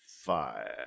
five